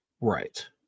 right